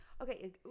Okay